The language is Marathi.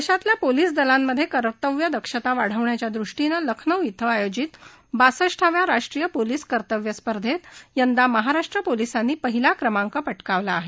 देशातल्या पोलिस दलांमधे कर्तव्यदक्षता वाढवण्याच्या दृष्टीनं लखनौ इथं आयोजित बासष्टाव्या राष्ट्रीय पोलिस कर्तव्य स्पर्धेत यंदा महाराष्ट्र पोलिसांनी पहिला क्रमांक पटकावला आहे